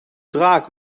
draak